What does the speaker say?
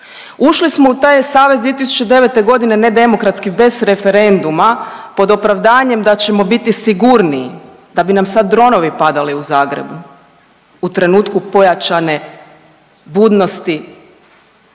Ušli u taj savez 2009. godine nedemokratski bez referenduma pod opravdanjem da ćemo biti sigurniji da bi nam sad dronovi padali u Zagrebu u trenutku pojačane budnosti